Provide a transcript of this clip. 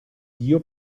dio